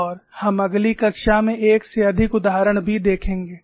और हम अगली कक्षा में एक से अधिक उदाहरण भी देखेंगे